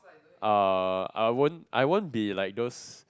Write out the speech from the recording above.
uh I won't I won't be like those